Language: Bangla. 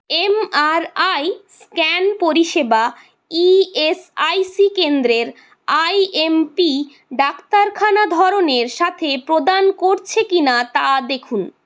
এমআরআই স্ক্যান পরিষেবা ইএসআইসি কেন্দ্রের আইএমপি ডাক্তারখানা ধরনের সাথে প্রদান করছে কিনা তা দেখুন